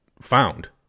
found